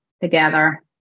together